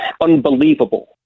unbelievable